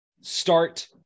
start